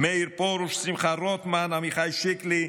מאיר פרוש, שמחה רוטמן, עמיחי שיקלי.